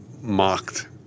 mocked